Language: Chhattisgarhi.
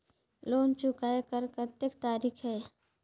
लोन चुकाय कर कतेक तरीका है?